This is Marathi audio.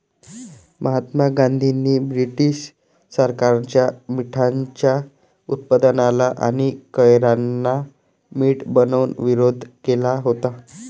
महात्मा गांधींनी ब्रिटीश सरकारच्या मिठाच्या उत्पादनाला आणि करांना मीठ बनवून विरोध केला होता